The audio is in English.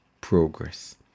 progress